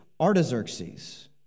Artaxerxes